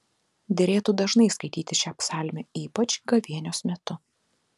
derėtų dažnai skaityti šią psalmę ypač gavėnios metu